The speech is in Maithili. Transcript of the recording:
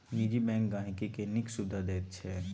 निजी बैंक गांहिकी केँ नीक सुबिधा दैत छै